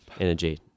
energy